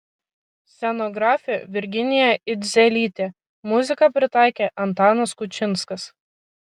scenografė virginija idzelytė muziką pritaikė antanas kučinskas